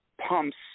pumps